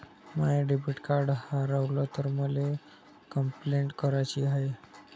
माय debit card हारवल तर मले कंपलेंट कराची हाय